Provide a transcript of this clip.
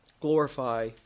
Glorify